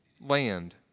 Land